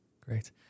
Great